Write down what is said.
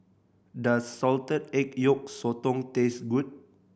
does salted egg yolk sotong taste good